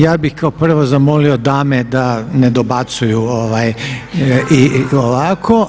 Ja bih kao prvo zamolio dame da ne dobacuju ovako.